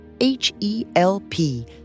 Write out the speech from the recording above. H-E-L-P